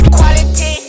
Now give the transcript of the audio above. quality